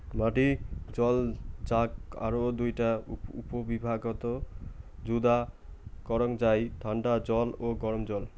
মিষ্টি জল যাক আরও দুইটা উপবিভাগত যুদা করাং যাই ঠান্ডা জল ও গরম জল